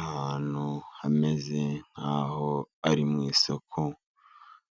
Ahantu hameze nk'aho ari mu isoko,